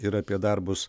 ir apie darbus